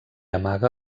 amaga